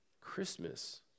Christmas